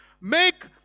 Make